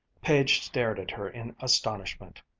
page stared at her in astonishment.